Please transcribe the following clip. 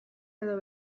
edo